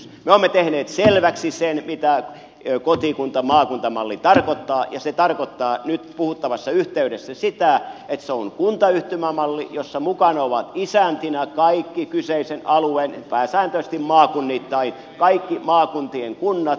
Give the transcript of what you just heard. me olemme tehneet selväksi sen mitä kotikuntamaakunta malli tarkoittaa ja se tarkoittaa nyt puhuttavassa yhteydessä sitä että se on kuntayhtymämalli jossa mukana ovat isäntinä kaikki kyseisen alueen pääsääntöisesti maakunnittain kaikki maakuntien kunnat